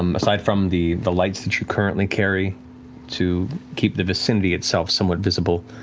um aside from the the lights that you currently carry to keep the vicinity itself somewhat visible,